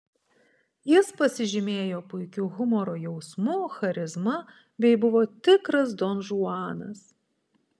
jis pasižymėjo puikiu humoro jausmu charizma bei buvo tikras donžuanas